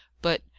but,